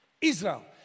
Israel